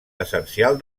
essencial